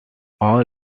all